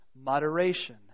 moderation